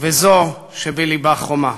וזאת שבלבה חומה.